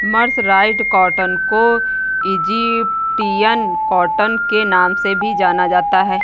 mercerised cotton को Egyptian cotton के नाम से भी जाना जाता है